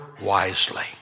wisely